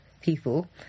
people